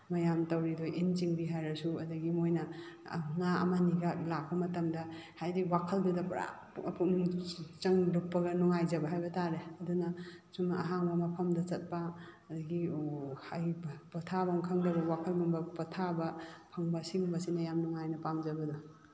ꯃꯌꯥꯝ ꯇꯧꯔꯤꯗꯣ ꯏꯟ ꯆꯤꯡꯕꯤ ꯍꯥꯏꯔꯁꯨ ꯑꯗꯒꯤ ꯃꯣꯏꯅ ꯉꯥ ꯑꯃꯅꯤꯒ ꯂꯥꯛꯄ ꯃꯇꯝꯗ ꯍꯥꯏꯗꯤ ꯋꯥꯈꯜꯗꯨꯗ ꯄꯨꯔꯥ ꯄꯨꯛꯅꯤꯡ ꯆꯪ ꯂꯨꯞꯄꯒ ꯅꯨꯡꯉꯥꯏꯖꯕ ꯍꯥꯏꯕ ꯇꯥꯔꯦ ꯑꯗꯨꯅ ꯁꯨꯝ ꯑꯍꯥꯡꯕ ꯃꯐꯝꯗ ꯆꯠꯄ ꯑꯗꯒꯤ ꯄꯣꯊꯥꯐꯝ ꯈꯪꯗꯕ ꯋꯥꯈꯜꯒꯨꯝꯕ ꯄꯣꯊꯥꯕ ꯐꯪꯕ ꯁꯤꯒꯨꯝꯕꯁꯤꯅ ꯌꯥꯝ ꯅꯨꯡꯉꯥꯏꯅ ꯄꯥꯝꯖꯕꯗꯣ